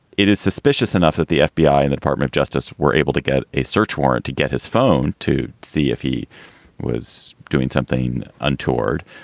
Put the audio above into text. it is suspicious enough that the fbi and the department justice were able to get a search warrant to get his phone to see if he was doing something untoward.